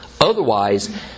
Otherwise